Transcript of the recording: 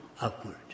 upward